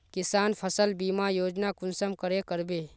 किसान फसल बीमा योजना कुंसम करे करबे?